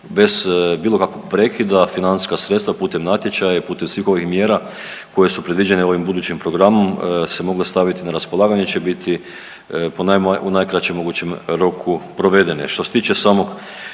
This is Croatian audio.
bez bilo kakvog prekida financijska sredstva putem natječaja i putem svih ovih mjera koje su predviđene ovim budućim programom se moglo staviti na raspolaganje će biti u najkraćem mogućem roku provedene. Što se tiče samog